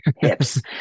Hips